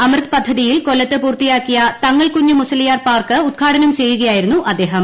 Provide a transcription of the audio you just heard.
അമൃത് പദ്ധതിയിൽ കൊല്ലത്ത് പൂർത്തിയാക്കിയ തങ്ങൾകുഞ്ഞ് മുസലിയാർ പാർക്ക് ഉദ്ഘാടനം ചെയ്യുകയായിരുന്നു അദ്ദേഹം